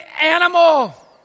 animal